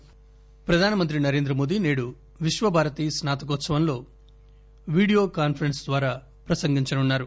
PM Visvabharati ప్రధానమంత్రి నరేంద్రమోడీ నేడు Visvabharati spa తకోత్సవంలో video conference ద్వారా ప్రసంగించనున్నారు